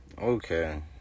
okay